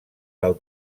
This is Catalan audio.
del